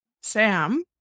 Sam